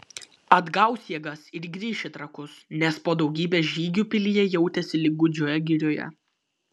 atgaus jėgas ir grįš į trakus nes po daugybės žygių pilyje jautėsi lyg gūdžioje girioje